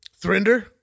Thrinder